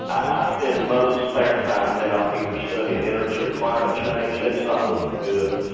i spend most spare time now either studying energy or climate change, and it's not looking good.